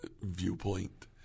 viewpoint